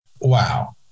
Wow